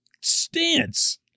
stance